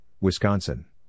Wisconsin